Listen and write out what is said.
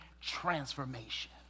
transformation